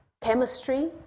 chemistry